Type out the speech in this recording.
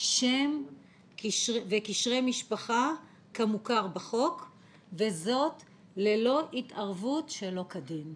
שם וקשרי משפחה כמוכר בחוק וזאת ללא התערבות שלא כדין'.